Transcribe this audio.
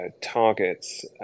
targets